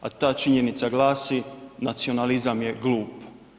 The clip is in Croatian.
A ta činjenica glasi, nacionalizam je glup.